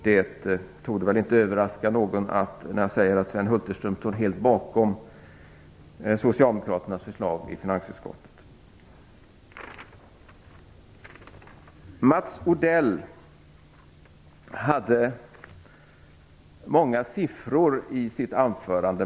Det torde väl inte överraska någon när jag säger att Sven Hulterström står bakom socialdemokraternas förslag i finansutskottet. Mats Odell hade många siffror i sitt anförande.